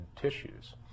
tissues